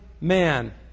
man